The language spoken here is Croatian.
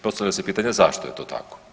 Postavlja se pitanje zašto je to tako?